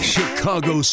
Chicago